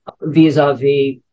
vis-a-vis